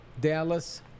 Dallas